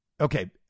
okay